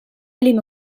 olime